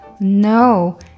No